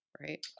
Right